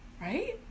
right